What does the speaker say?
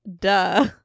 Duh